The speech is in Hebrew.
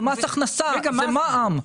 זה מס הכנסה, זה מע"מ.